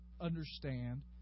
understand